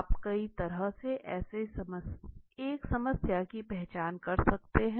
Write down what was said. आप कई तरह से एक समस्या की पहचान कर सकते हैं